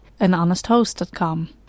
anhonesthost.com